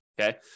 okay